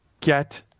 get